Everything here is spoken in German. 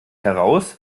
heraus